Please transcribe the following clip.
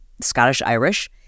Scottish-Irish